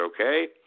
okay